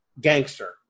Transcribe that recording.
gangster